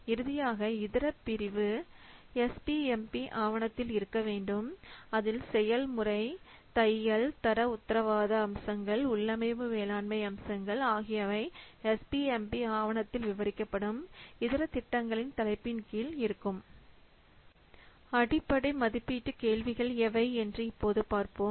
இறுதியாக இதர பிரிவு எஸ்பிஎம்பிSPMP ஆவணத்தில் இருக்கவேண்டும் அதில் செயல்முறை தையல் தர உத்தரவாதம் அம்சங்கள் உள்ளமைவு மேலாண்மை அம்சங்கள் ஆகியவை எஸ்பிஎம்பி ஆவணத்தில் விவரிக்கப்படும் இதர திட்டங்களின் தலைப்பின் கீழ் இருக்கும் அடிப்படை மதிப்பீடு கேள்விகள் எவை என்று இப்போது பார்ப்போம்